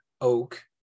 oak